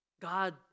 God